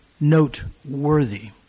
noteworthy